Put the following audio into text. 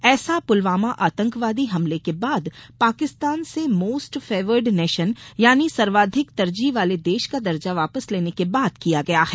ऐसा पलवामा आतंकवादी हमले के बाद पाकिस्तान से मोस्ट फेवर्ड नेशन यानि सर्वाधिक तरजीह वाले देश का दर्जा वापस लेने के बाद किया गया है